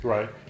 Right